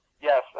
Yes